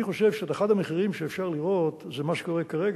אני חושב שאחד המחירים שאפשר לראות זה מה שקורה כרגע: